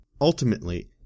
Ultimately